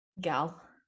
gal